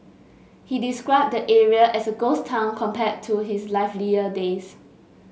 he described the area as a ghost town compared to its livelier days